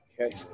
Okay